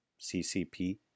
CCP